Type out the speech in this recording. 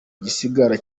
gisagara